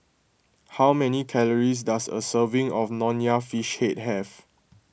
how many calories does a serving of Nonya Fish Head have